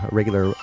regular